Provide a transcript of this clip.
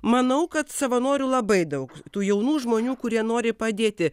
manau kad savanorių labai daug tų jaunų žmonių kurie nori padėti